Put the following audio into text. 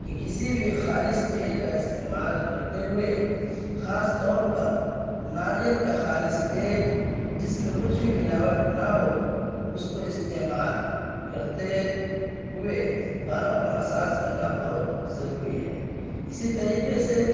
کہ کسی بھی خالص تیل کا استعمال کرتے ہوئے خاص طور پر ناریل کا خالص تیل جس میں کچھ بھی ملاوٹ نہ ہو اس کو استعمال کرتے ہوئے بالوں کا مساج کرنا بہت ضروری ہے اسی طریقے سے